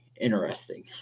interesting